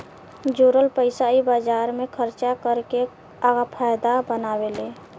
जोरल पइसा इ बाजार मे खर्चा कर के आ फायदा बनावेले